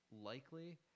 likely